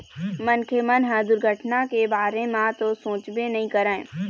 मनखे मन ह दुरघटना के बारे म तो सोचबे नइ करय